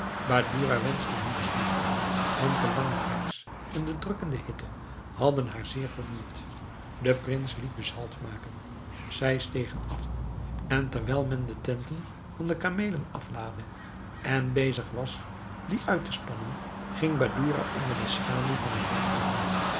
badoura wenschte niets liever want de lange reis en de drukkende hitte hadden haar zeer vermoeid de prins liet dus halt maken zij stegen af en terwijl men de tenten van de kameelen aflaadde en bezig was die uit te spannen ging badoura onder de schaduw van een boom zitten